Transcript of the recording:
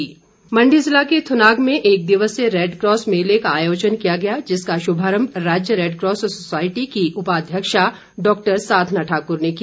Red Cross Mandi जिला के थुनाग में एक दिवसीय रैडक्रॉस मेले का आयोजन किया गया जिसका शुभारम्भ राज्य रैडक्रॉस सोसायटी की उपाध्यक्षा डॉक्टर साधना ठाकुर ने किया